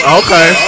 okay